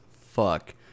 fuck